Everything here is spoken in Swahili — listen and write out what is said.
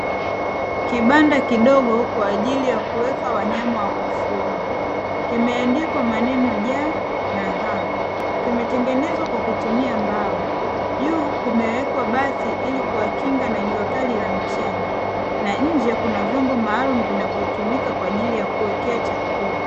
Kibanda kidogo kwa ajili ya kuweka wanyama wa kufugwa, kimeandikwa maneno ja na ha, kimetengenezwa kwa kutumia mbao, juu kumewekwa bati ili kuwakinga na jua kali la mchana nje kuna vyombo maalumu vinavyotumika kwa ajili ya kuwekea chakula.